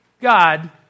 God